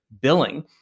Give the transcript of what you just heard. billing